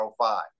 05